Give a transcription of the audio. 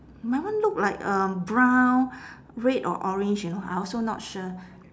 my one look like um brown red or orange you know I also not sure